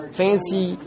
fancy